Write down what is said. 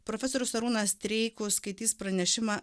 profesorius arūnas streikus skaitys pranešimą